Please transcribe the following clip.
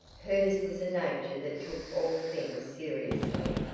hers was a nature that took all things seriously,